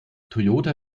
toyota